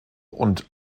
und